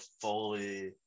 fully